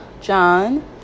john